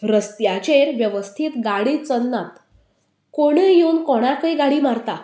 रस्त्याचेर वेवस्थीत गाडी चन्नात कोणूय येवन कोणाकूय गाडी मारता